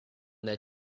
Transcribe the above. their